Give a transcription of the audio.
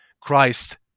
Christ